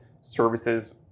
services